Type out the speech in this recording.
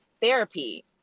therapy